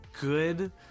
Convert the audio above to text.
good